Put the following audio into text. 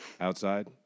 outside